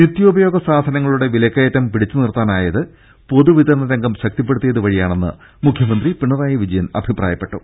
നിത്യോപയോഗ സാധനങ്ങളുടെ വിലക്കയറ്റം പിടിച്ചു നിർത്താനായത് പൊതുവിത രണ രംഗം ശക്തിപ്പെടുത്തിയതു വഴിയാണെന്ന് മുഖ്യമന്ത്രി പിണറായി വിജ യൻ അഭിപ്രായപ്പെട്ടു